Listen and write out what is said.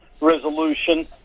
resolution